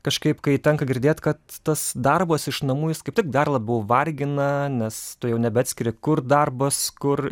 kažkaip kai tenka girdėt kad tas darbas iš namų jis kaip tik dar labiau vargina nes tu jau nebeatskiri kur darbas kur